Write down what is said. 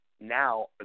Now